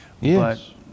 Yes